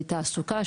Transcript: תעסוקה.